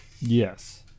Yes